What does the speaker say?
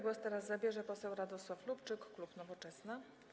Głos teraz zabierze poseł Radosław Lubczyk, klub Nowoczesna.